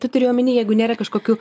tu turi omeny jeigu nėra kažkokių